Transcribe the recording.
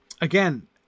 again